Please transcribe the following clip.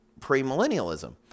premillennialism